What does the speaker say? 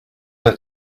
her